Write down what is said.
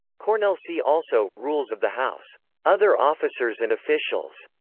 cornellsee also rules of the house other officers and officials